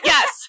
Yes